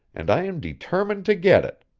and i am determined to get it.